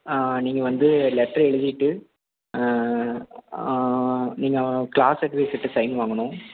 நீங்கள் வந்து லெட்ரு எழுதிகிட்டு நீங்கள் க்ளாஸ் அட்வைசர்கிட்ட சைன் வாங்கணும்